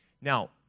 Now